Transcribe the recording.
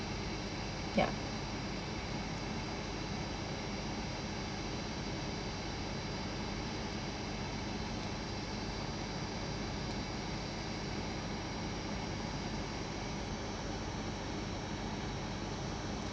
ya